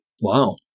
Wow